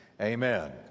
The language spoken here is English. amen